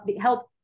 help